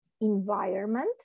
environment